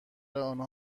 آنها